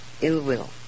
ill-will